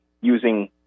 using